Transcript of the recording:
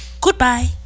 goodbye